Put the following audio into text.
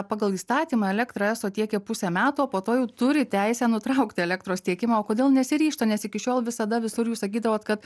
pagal įstatymą elektrą eso tiekia pusę metų o po to jau turi teisę nutraukti elektros tiekimą o kodėl nesiryžta nes iki šiol visada visur jūs sakydavot kad